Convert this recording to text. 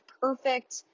perfect